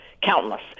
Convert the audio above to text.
countless